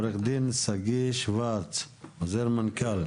עו"ד שגיא שוורץ עוזר מנכ"ל,